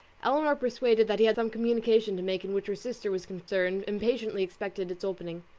elinor, persuaded that he had some communication to make in which her sister was concerned, impatiently expected its opening.